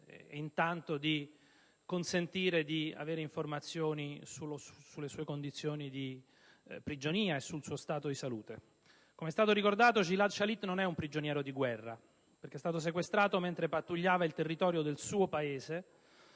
frattempo di consentire l'ottenimento di informazioni circa le sue condizioni di prigionia e il suo stato di salute. Com'è stato ricordato, Gilad Shalit non è un prigioniero di guerra, perché è stato sequestrato mentre pattugliava il territorio del suo Paese